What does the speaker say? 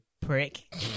prick